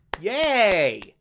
Yay